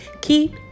Keep